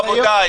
רבותיי